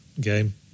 game